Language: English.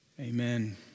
amen